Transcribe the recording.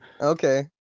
Okay